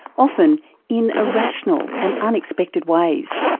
often in irrational and unexpected ways.